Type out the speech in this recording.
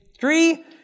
three